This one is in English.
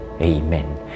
Amen